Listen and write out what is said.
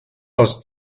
aus